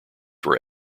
were